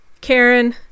karen